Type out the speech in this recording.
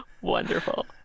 wonderful